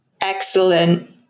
Excellent